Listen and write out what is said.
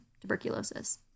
tuberculosis